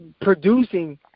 producing –